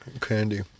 candy